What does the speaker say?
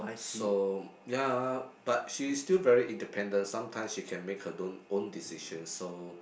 so ya but she's still very independent sometimes she can make her don't own decisions so